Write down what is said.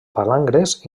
palangres